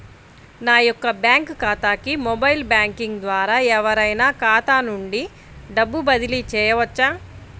నా యొక్క బ్యాంక్ ఖాతాకి మొబైల్ బ్యాంకింగ్ ద్వారా ఎవరైనా ఖాతా నుండి డబ్బు బదిలీ చేయవచ్చా?